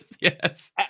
Yes